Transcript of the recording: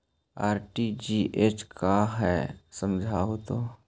RTGS का है समझाहू तो?